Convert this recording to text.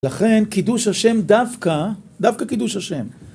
לכן, קידוש השם דווקא, דווקא קידוש השם.